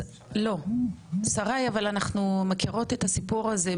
לא שרי אבל אנחנו מכירות את הסיפור הזה,